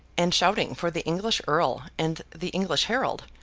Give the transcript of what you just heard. and shouting for the english earl and the english harold,